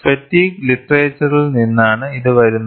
fatigue ലിറ്ററേച്ചറിൽനിന്നാണ് ഇത് വരുന്നത്